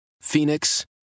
Phoenix